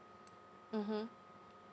mmhmm